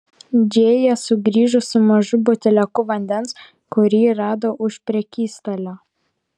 džėja sugrįžo su mažu buteliuku vandens kurį rado už prekystalio